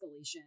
escalation